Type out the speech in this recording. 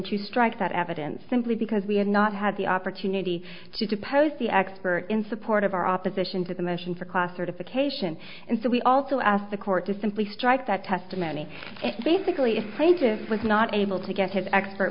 to strike that evidence simply because we had not had the opportunity to depose the expert in support of our opposition to the motion for class certification and so we also asked the court to simply strike that testimony basically afraid it was not able to get his expert